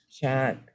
chat